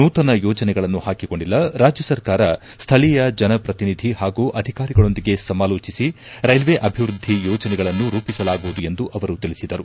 ನೂತನ ಯೋಜನೆಗಳನ್ನು ಪಾಕಿಕೊಂಡಿಲ್ಲ ರಾಜ್ಯ ಸರ್ಕಾರ ಸ್ಥಳೀಯ ಜನಪ್ರತಿನಿಧಿ ಹಾಗೂ ಅಧಿಕಾರಿಗಳೊಂದಿಗೆ ಸಮಾಲೋಚಿಸಿ ರೈಲ್ವೆ ಅಭಿವೃದ್ಧಿ ಯೋಜನೆಗಳನ್ನು ರೂಪಿಸಲಾಗುವುದು ಎಂದು ಅವರು ತಿಳಿಸಿದರು